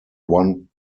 one